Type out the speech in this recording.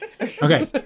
Okay